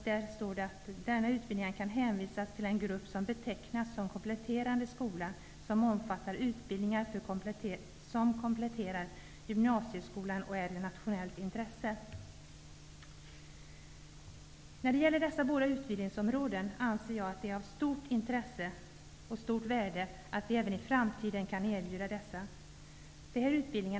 Där står det att de utbildningar som jag här talar om kan hänvisas till den grupp som betecknas som kompletterande skola, som omfattar utbildningar som kompletterar gymnasieskolan och är av nationellt intresse. Jag anser att det är av stort intresse och värde att vi även i framtiden kan erbjuda dessa utbildningar.